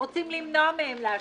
רוצים למנוע מהם לעשן.